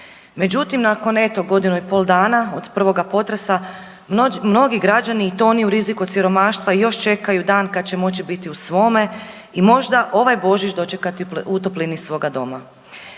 Međutim, nakon eto godinu i pol dana od prvoga potresa mnogi građani i to oni u riziku od siromaštva još čekaju dan kada će moći biti u svome i možda ovaj Božić dočekati u toplini svoga doma.